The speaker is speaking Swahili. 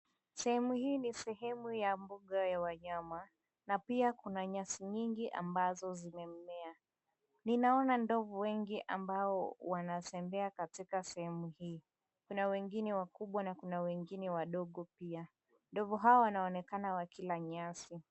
Sehemu hii ni sehemu ya mbuga ya wanyama na pia kuna nyasi nyingi ambazo zimemea. Ninaona ndovu wengi ambao wanatembea katika sehemu hii. Kuna wengine wakubwa na kuna wengine wadogo pia. Ndovu hawa wanaonekana wakila nyasi.